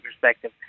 perspective